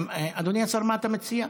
אדוני השר, מה אתה מציע?